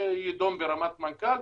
זה יידון ברמת מנכ"ל,